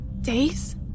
Days